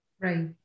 Right